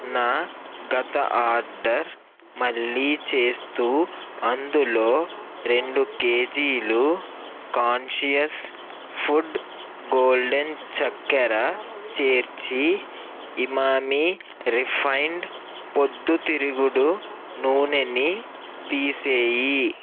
నా గత ఆర్డర్ మళ్ళీ చేస్తూ అందులో రెండు కేజీలు కాన్షియస్ ఫుడ్ గోల్డెన్ చక్కెర చేర్చి ఇమామి రిఫైండ్ పొద్దుతిరుగుడు నూనెని తీసేయి